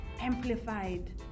Amplified